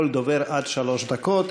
כל דובר, עד שלוש דקות.